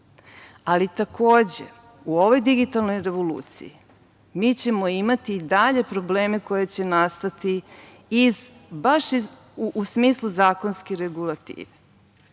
Ali, takođe, u ovoj digitalnoj revoluciji, mi ćemo imati dalje probleme koji će nastati baš u smislu zakonske regulative.S